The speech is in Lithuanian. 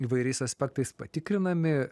įvairiais aspektais patikrinami